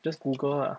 just google lah